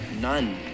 none